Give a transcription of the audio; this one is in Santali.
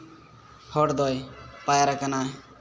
ᱦᱚᱲ ᱫᱚᱭ ᱯᱟᱨᱟᱠᱟᱱᱟ